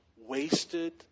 wasted